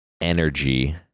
energy